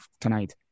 tonight